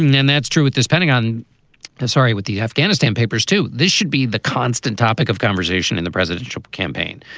and that's true with this pending on sorry, with the afghanistan papers, too. this should be the constant topic of conversation in the presidential campaign.